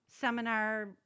seminar